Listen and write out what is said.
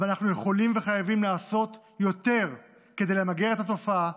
ואנחנו יכולים וחייבים לעשות יותר כדי למגר את התופעה.